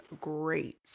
great